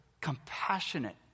compassionate